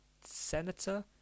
senator